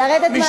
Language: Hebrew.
לרדת מהדוכן,